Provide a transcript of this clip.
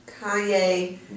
Kanye